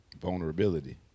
Vulnerability